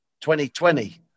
2020